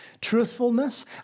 truthfulness